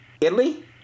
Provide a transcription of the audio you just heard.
Italy